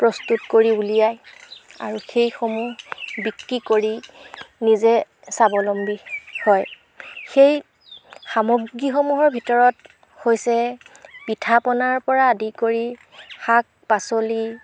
প্ৰস্তুত কৰি উলিয়ায় আৰু সেইসমূহ বিক্ৰী কৰি নিজে স্বাৱলম্বী হয় সেই সামগ্ৰীসমূহৰ ভিতৰত হৈছে পিঠাপনাৰপৰা আদি কৰি শাক পাচলি